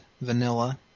vanilla